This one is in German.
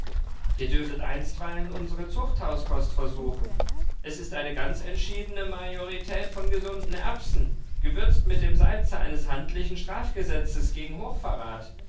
ihr dürfet einstweilen unsere zuchthauskost versuchen es ist eine ganz entschiedene majorität von gesunden erbsen gewürzt mit dem salze eines handlichen strafgesetzes gegen hochverrat